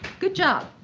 good job.